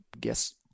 guess